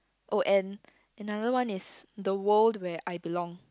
oh and another one is the World Where I Belong